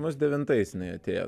mus devintais jinai atėjo